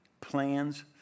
plans